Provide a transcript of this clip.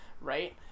right